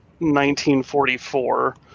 1944